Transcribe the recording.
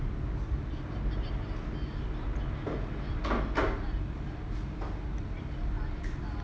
(uh huh)